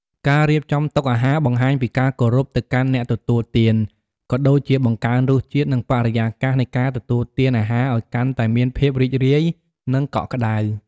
ការរៀបចំតុអាហារបង្ហាញពីការគោរពទៅកាន់អ្នកទទួលទាន ក៏ដូចជាបង្កើនរសជាតិ និងបរិយាកាសនៃការទទួលទានអាហារឱ្យកាន់តែមានភាពរីករាយ និងកក់ក្តៅ។